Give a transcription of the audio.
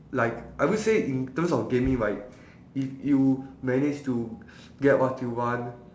like I would say in terms of gaming right if you manage to get what you want